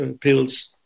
pills